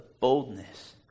boldness